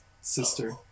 sister